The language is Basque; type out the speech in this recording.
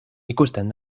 ikusten